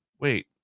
wait